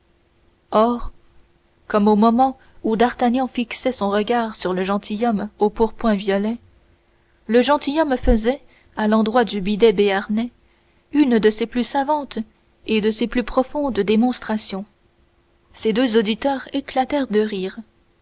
comme au moment où d'artagnan fixait son regard sur le gentilhomme au pourpoint violet le gentilhomme faisait à l'endroit du bidet béarnais une de ses plus savantes et de ses plus profondes démonstrations ses deux auditeurs éclatèrent de rire